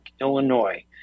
Illinois